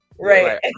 Right